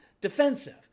defensive